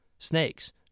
Snakes